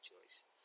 choice